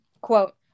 Quote